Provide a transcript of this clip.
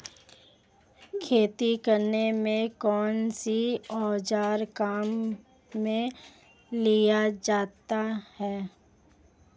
खेती करने में कौनसे औज़ार काम में लिए जाते हैं?